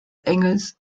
engels